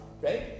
right